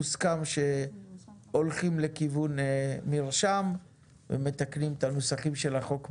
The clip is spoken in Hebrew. הוסכם שהולכים לכיוון מרשם ומתקנים את הנוסחים של החוק בהתאם.